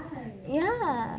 ya then after that time